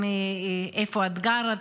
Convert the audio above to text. איפה את גרה?